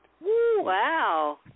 Wow